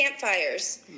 Campfires